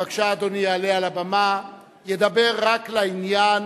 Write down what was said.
בבקשה, אדוני יעלה לבמה, ידבר רק לעניין,